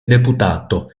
deputato